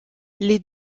les